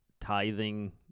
tithing